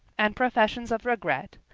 and professions of regret,